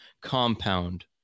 compound